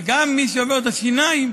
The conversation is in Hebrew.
ומי שעובר את השיניים,